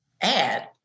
add